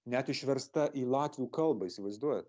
net išversta į latvių kalbą įsivaizduojat